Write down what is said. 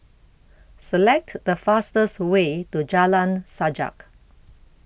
Select The fastest Way to Jalan Sajak